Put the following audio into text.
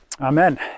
Amen